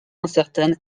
incertaines